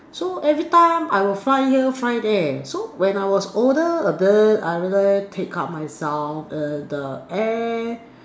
so every time I will fly here fly there so when I was older a bit I will like take up myself in the air